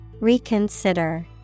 reconsider